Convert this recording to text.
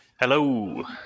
Hello